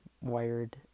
wired